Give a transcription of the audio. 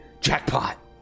jackpot